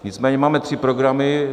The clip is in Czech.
Nicméně máme tři programy.